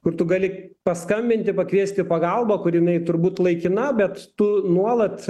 kur tu gali paskambinti pakviesti pagalbą kur jinai turbūt laikina bet tu nuolat